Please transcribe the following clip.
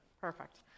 Perfect